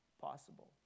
possible